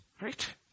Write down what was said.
Right